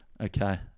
Okay